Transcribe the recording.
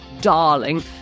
darling